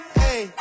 hey